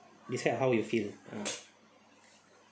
is that how you feel ah